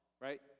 right